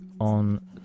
on